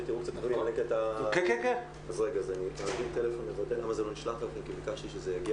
שתראו קצת --- ביקשתי שזה יגיע,